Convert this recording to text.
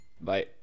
Bye